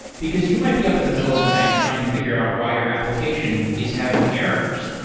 because you might be up in the middle of the night trying to figure out why your application is having errors,